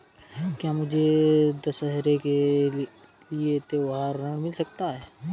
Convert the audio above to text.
क्या मुझे दशहरा के लिए त्योहारी ऋण मिल सकता है?